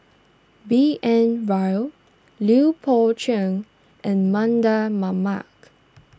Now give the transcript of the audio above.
B N Rao Lui Pao Chuen and Mardan Mamat